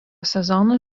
sezono